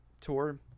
tour